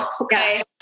Okay